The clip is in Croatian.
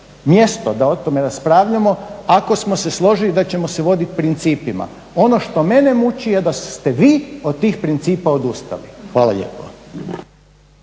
mjesto da o tome raspravljamo ako smo se složili da ćemo se voditi principima. Ono što mene muči je da ste vi od tih principa odustali. Hvala lijepo.